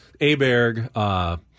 Aberg